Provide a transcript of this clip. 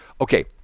okay